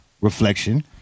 reflection